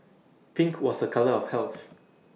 pink was A colour of health